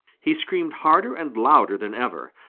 he screamed harder and louder than ever,